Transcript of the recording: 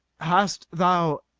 hast thou,